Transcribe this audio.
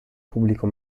pubblico